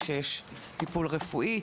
כשיש טיפול רפואי,